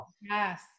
Yes